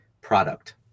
product